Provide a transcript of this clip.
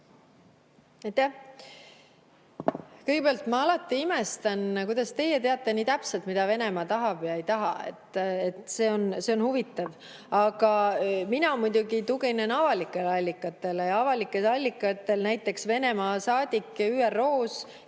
Kõigepealt, ma alati imestan, kuidas teie teate nii täpselt, mida Venemaa tahab või ei taha, see on huvitav. Aga mina muidugi tuginen avalikele allikatele. Ja avalikud allikad, näiteks Venemaa saadik ÜRO-s